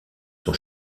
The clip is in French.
sont